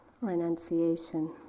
renunciation